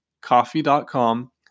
coffee.com